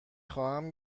خواهم